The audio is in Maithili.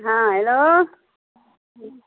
हँ हेलो